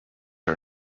are